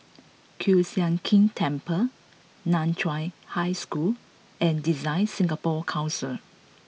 Kiew Sian King Temple Nan Chiau High School and DesignSingapore Council